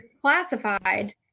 classified